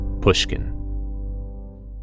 Pushkin